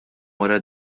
wara